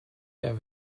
der